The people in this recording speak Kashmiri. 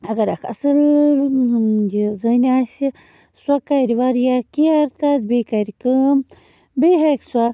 اگر اَکھ اَصٕل یہِ زٔنۍ آسہِ سۄ کَرِ واریاہ کِیَر تَتھ بیٚیہِ کَرِ کٲم بیٚیہِ ہٮ۪کہِ سۄ